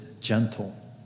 gentle